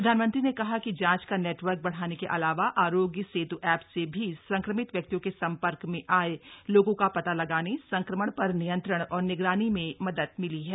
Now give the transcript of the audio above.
प्रधानमंत्री ने कहा कि जांच का नेटवर्क बढ़ाने के अलावा आरोग्य सेत् एप से भी संक्रमित व्यक्तियों के सम्पर्क में आए लोगों का पता लगाने संक्रमण पर नियंत्रण और निगरानी में मदद मिली है